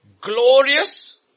glorious